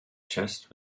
chest